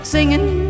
Singing